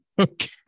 Okay